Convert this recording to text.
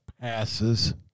passes